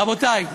רבותיי,